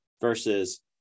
versus